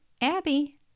abby